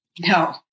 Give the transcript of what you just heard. No